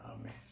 Amen